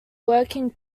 working